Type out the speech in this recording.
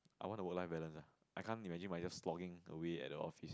I want a work life balance ah I can't imagine myself just slogging away at the office